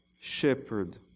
shepherd